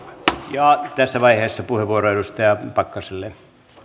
ja tässä vaiheessa puheenvuoro edustaja pakkaselle